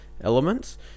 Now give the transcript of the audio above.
elements